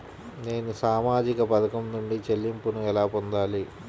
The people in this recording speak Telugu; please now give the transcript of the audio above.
నేను సామాజిక పథకం నుండి చెల్లింపును ఎలా పొందాలి?